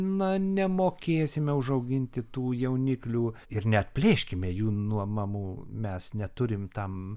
na nemokėsime užauginti tų jauniklių ir neplėškime jų nuo mamų mes neturim tam